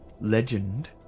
legend